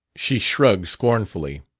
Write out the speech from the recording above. she shrugged scornfully.